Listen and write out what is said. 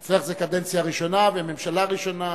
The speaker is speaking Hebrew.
אצלך זאת קדנציה ראשונה וממשלה ראשונה.